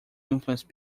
influence